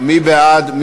מי בעד?